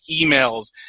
emails